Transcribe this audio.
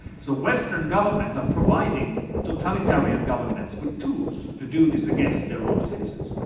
so western governments are providing totalitarian governments with tools to do this against their own citizens.